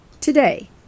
Today